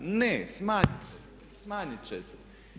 Ne, smanjiti će se.